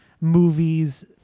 movies